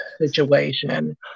situation